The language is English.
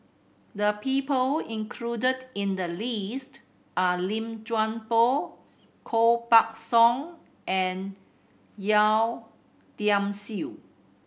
the people included in the list are Lim Chuan Poh Koh Buck Song and Yeo Tiam Siew